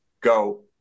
go